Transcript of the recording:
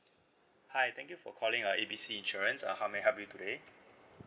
hi thank you for calling uh A B C insurance uh how may I help you today